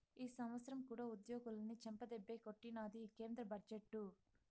ఈ సంవత్సరం కూడా ఉద్యోగులని చెంపదెబ్బే కొట్టినాది ఈ కేంద్ర బడ్జెట్టు